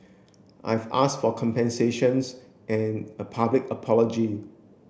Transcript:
I've ask for compensations and a public apology